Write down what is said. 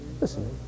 Listen